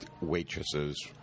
waitresses